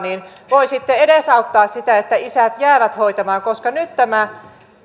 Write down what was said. voisitte edesauttaa sitä että isät jäävät hoitamaan koska nyt tämä